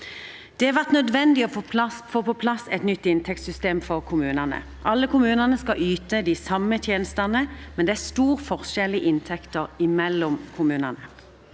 Det har vært nødvendig å få på plass et nytt inntektssystem for kommunene. Alle kommunene skal yte de sammen tjenestene, men det er stor forskjell i inntekter mellom kommunene.